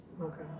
Okay